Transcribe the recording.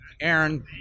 aaron